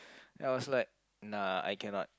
I was like nah I cannot